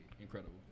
Incredible